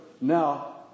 now